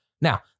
Now